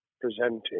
presenting